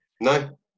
No